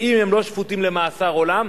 אם הם לא שפוטים למאסר עולם,